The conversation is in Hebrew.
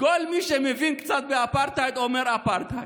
כל מי שמבין קצת באפרטהייד אומר אפרטהייד.